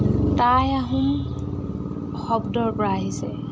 তাই আহোম শব্দৰপৰা আহিছে